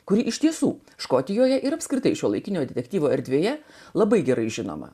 kuri iš tiesų škotijoje ir apskritai šiuolaikinio detektyvo erdvėje labai gerai žinoma